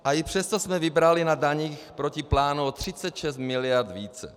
A i přesto jsme vybrali na daních proti plánu o 36 mld. více.